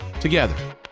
together